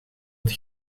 het